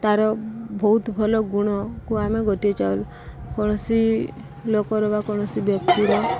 ତା'ର ବହୁତ ଭଲ ଗୁଣକୁ ଆମେ ଗୋଟିଏ କୌଣସି ଲୋକର ବା କୌଣସି ବ୍ୟକ୍ତିର